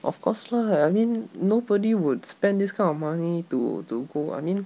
of course lah I mean nobody would spend this kind of money to to go I mean